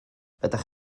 ydych